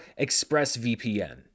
ExpressVPN